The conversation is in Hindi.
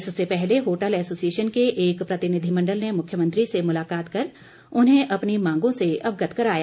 इससे पहले होटल ऐसोसिएशन के एक प्रतिनिधिमण्डल ने मुख्यमंत्री से मुलाकात कर उन्हें अपनी मांगों से अवगत कराया